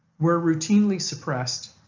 were routinely suppressed,